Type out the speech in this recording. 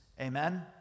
Amen